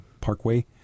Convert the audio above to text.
Parkway